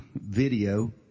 video